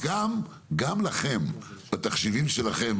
וגם לכם, בתחשיבים שלכם.